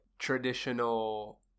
traditional